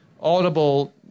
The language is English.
audible